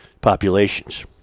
populations